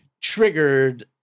triggered